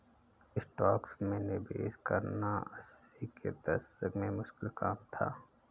stocks में निवेश करना अस्सी के दशक में मुश्किल काम था